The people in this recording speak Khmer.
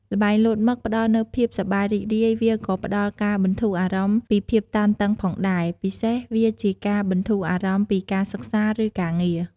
ល្បែងលោតមឹកផ្ដល់នូវភាពសប្បាយរីករាយ វាក៏ផ្ដល់ការបន្ធូរអារម្មណ៍ពីភាពតានតឹងផងដែរ ពិសេសវាជាការបន្ធូរអារម្មណ៍ពីការសិក្សា ឬការងារ។